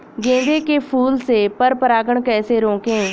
गेंदे के फूल से पर परागण कैसे रोकें?